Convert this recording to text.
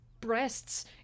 breasts